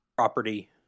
property